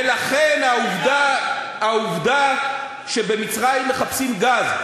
ולכן העובדה שבמצרים מחפשים גז,